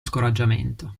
scoraggiamento